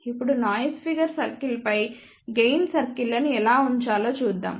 ఇప్పుడు noise figure సర్కిల్పై gain సర్కిల్లను ఎలా ఉంచాలో చూద్దాం